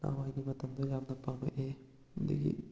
ꯅꯍꯥꯟꯋꯥꯏꯒꯤ ꯃꯇꯝꯗꯣ ꯌꯥꯝꯅ ꯄꯥꯝꯃꯛꯏ ꯑꯗꯒꯤ